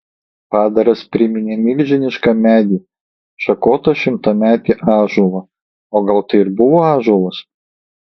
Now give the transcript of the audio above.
padaras priminė milžinišką medį šakotą šimtametį ąžuolą o gal tai ir buvo ąžuolas